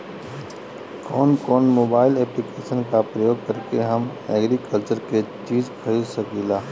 कउन कउन mobile application का प्रयोग करके हम एग्रीकल्चर के चिज खरीद सकिला?